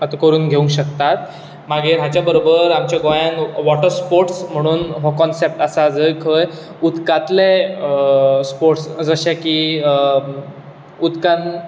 करून घेवंक शकतात मागीर हाच्या बरोबर आमच्या गोंयांत वोर्टर स्पोर्ट्स म्हणून हो कॉन्सेपट आसा जंय खंय उदकांतले स्पोर्ट्स जशे की उदकान